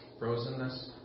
frozenness